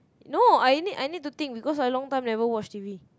no I need to think because I long time never watch t_v